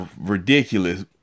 ridiculous